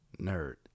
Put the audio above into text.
Nerd